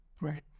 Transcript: right